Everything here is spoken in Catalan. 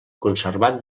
conservat